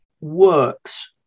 works